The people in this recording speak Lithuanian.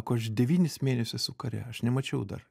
sako aš devynis mėnesius jau kare aš nemačiau dar